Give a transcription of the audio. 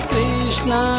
Krishna